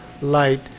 light